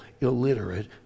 illiterate